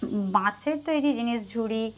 বাঁশের তৈরি জিনিস ঝুড়ি